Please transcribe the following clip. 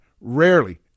rarely